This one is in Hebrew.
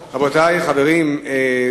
חברים,